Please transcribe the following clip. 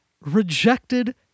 rejected